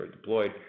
deployed